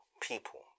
people